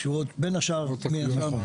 קשורות בין השאר לזה.